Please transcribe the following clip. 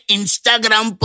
Instagram